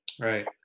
Right